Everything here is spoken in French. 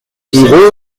rue